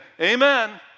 amen